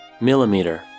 Millimeter